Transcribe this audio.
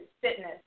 fitness